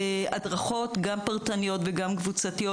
הדרכות גם פרטניות וגם קבוצתיות,